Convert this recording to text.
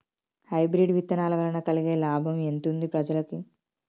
Hybrid విత్తనాల వలన కలిగే లాభం ఎంతుంది ప్రజలకి?